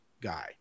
guy